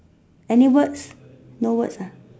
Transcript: any words no words ah